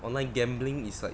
online gambling is like